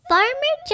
Farmer